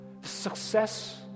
success